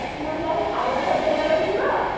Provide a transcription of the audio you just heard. ଦିନ କୁ ଯାହାହେଲେ ଖାଇବା ଖର୍ଚ୍ଚ ଟା ଦେଉଥିବ